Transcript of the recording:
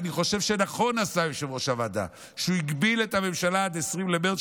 אני חושב שנכון עשה יושב-ראש הוועדה כשהגביל את הממשלה עד 20 במרץ,